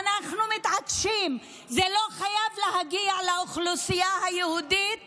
אנחנו מתעקשים שזה לא חייב להגיע לאוכלוסייה היהודית